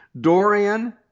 Dorian